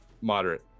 moderate